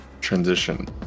transition